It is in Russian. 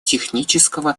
технического